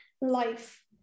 life